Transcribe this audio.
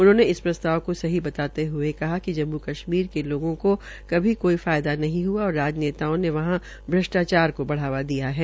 उन्होंने इस प्रस्ताव को सही बताते हुये कहा कि जम्मू कश्मीर के लोगों को इससे कभी कोई फायदा नहीं हुआ और राजनेताओं ने वहां भ्रष्टाचार को बढ़ावा दिया है